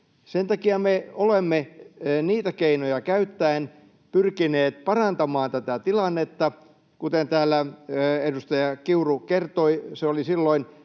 Sen takia me olemme niitä keinoja käyttäen pyrkineet parantamaan tätä tilannetta. Kuten täällä edustaja Kiuru kertoi, se oli silloin